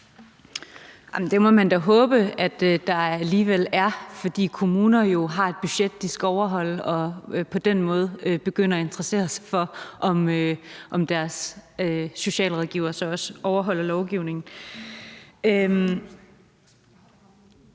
Det må man da håbe der alligevel er, for kommuner har et budget, de skal overholde, og på den måde interesserer de sig jo for, om deres socialrådgivere også overholder lovgivningen.